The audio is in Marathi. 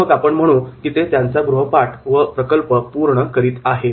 तर मग आपण म्हणू की ते त्यांचा गृहपाठ व प्रकल्प पूर्ण करीत आहेत